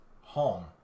home